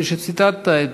כפי שציטטת,